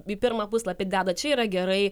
į pirmą puslapį deda čia yra gerai